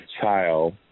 child